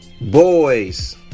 Boys